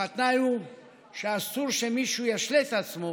אך התנאי הוא שאסור שמישהו ישלה את עצמו